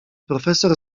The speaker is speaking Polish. profesor